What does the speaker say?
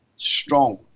Strong